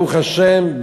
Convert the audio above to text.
ברוך השם,